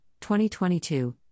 2022